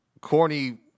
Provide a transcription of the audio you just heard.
Corny